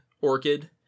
orchid